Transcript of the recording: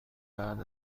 بعد